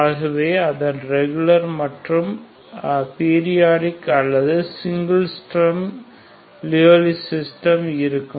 ஆகவே அதன் ரெகுலர் அல்லது பீரியாடிக் அல்லது சிங்கள் ஸ்டெர்ம் லியோவ்லி சிஸ்டம் இருக்கும்